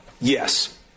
yes